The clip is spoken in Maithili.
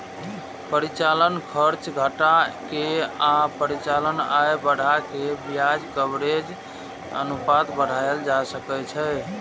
परिचालन खर्च घटा के आ परिचालन आय बढ़ा कें ब्याज कवरेज अनुपात बढ़ाएल जा सकै छै